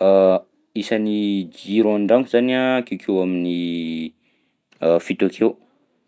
Isan'ny jiro an-dragnoko zany akeokeo amin'ny fito akeo.